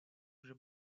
вже